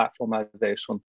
platformization